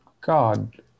God